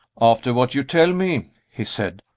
after what you tell me, he said,